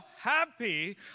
happy